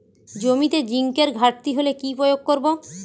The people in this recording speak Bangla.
জমিতে জিঙ্কের ঘাটতি হলে কি প্রয়োগ করব?